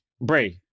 Bray